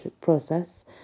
process